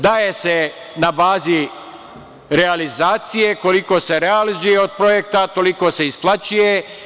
Daje se na bazi realizacije, koliko se realizuje od projekta, toliko se isplaćuje.